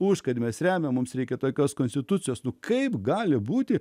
už kad mes remiame mums reikia tokios konstitucijos kaip gali būti